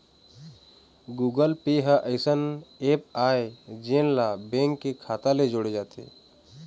Google Pay ह अइसन app आय जेन ला बेंक के खाता ले जोड़े जाथे